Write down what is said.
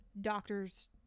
doctors